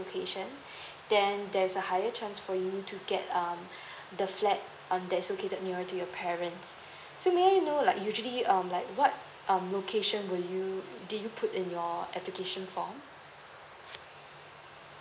location then there's a higher chance for you to get um the flat on that located nearer to your parents so may I know like usually um like what um location will you did you put in your application form